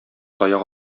таяк